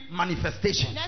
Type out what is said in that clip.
manifestation